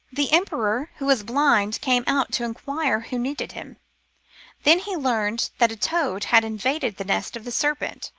the emperor, who was blind, came out to inquire who needed him then he learned that a toad had invaded the nest of the serpent.